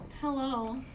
hello